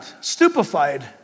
stupefied